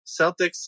Celtics